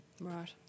Right